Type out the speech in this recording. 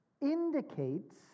indicates